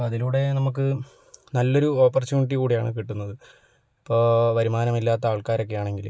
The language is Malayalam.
അപ്പം അതിലൂടെ നമുക്ക് നല്ലൊരു ഓപ്പർച്യുണിറ്റി കൂടിയാണ് കിട്ടുന്നത് അപ്പോൾ വരുമാനമില്ലാത്ത ആൾക്കാരൊക്കെ ആണെങ്കിൽ